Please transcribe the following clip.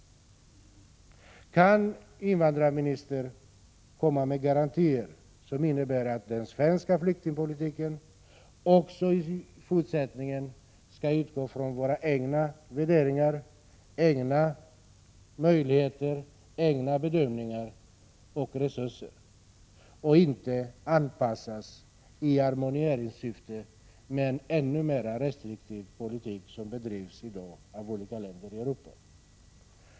Kan invandrarministern ge garantier, som innebär att den svenska flyktingpolitiken också i fortsättningen skall utgå från våra egna värderingar, egna möjligheter, egna bedömningar och resurser och inte — i harmoniseringssyfte — anpassas till en ännu mer restriktiv politik, som i dag bedrivs av olika länder i Europa?